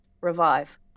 revive